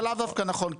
זה לאו דווקא נכון,